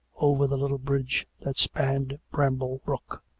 over the little bridge that spanned bramble brook.